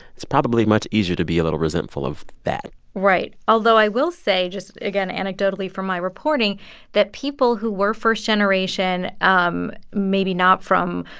it's probably much easier to be a little resentful of that right, although i will say just, again, anecdotally from my reporting that people who were first-generation, um maybe not from,